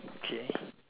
okay